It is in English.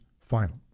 final